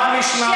אחד משניים,